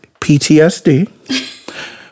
PTSD